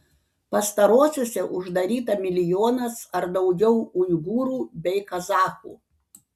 pastarosiose uždaryta milijonas ar daugiau uigūrų bei kazachų